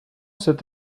cette